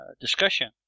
discussion